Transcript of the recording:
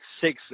six